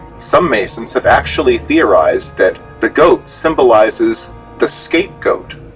some masons have actually theorized that the goat symbolizes the scapegoat.